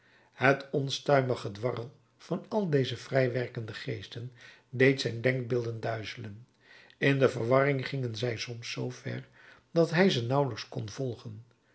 het onstuimig gedwarrel van al deze vrij werkende geesten deed zijn denkbeelden duizelen in de verwarring gingen zij soms zoo ver dat hij ze nauwelijks kon volgen